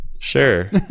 Sure